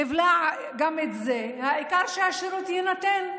נבלע גם את זה, העיקר שהשירות יינתן.